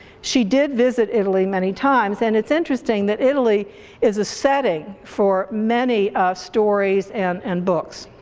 she did visit italy many times, and it's interesting that italy is a setting for many stories and and books.